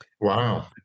Wow